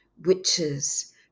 Witches